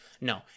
No